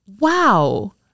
Wow